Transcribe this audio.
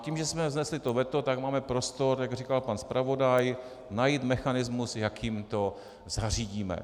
Tím, že jsme vznesli to veto, tak máme prostor, jak říkal pan zpravodaj, najít mechanismus, jakým to zařídíme.